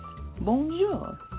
Bonjour